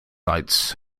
sites